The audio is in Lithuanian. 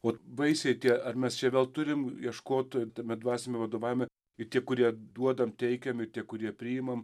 o baisiai tie ar mes čia vėl turim ieškot tame dvasiniame vadovavime ir tie kurie duodam teikiam ir tie kurie priimam